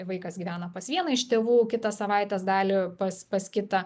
vaikas gyvena pas vieną iš tėvų kitą savaitės dalį pas pas kitą